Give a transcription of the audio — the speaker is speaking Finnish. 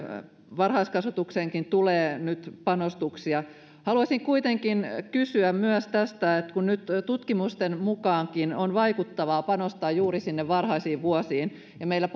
varhaiskasvatukseenkin tulee nyt panostuksia haluaisin kuitenkin kysyä myös tästä kun nyt tutkimusten mukaankin on vaikuttavaa panostaa juuri sinne varhaisiin vuosiin ja meillä